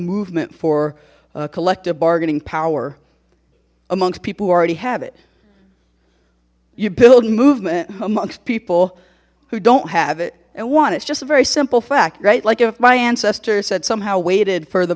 movement for collective bargaining power amongst people who already have it you build movement amongst people who don't have it and one it's just a very simple fact right like if my ancestor said somehow waited for the